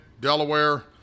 Delaware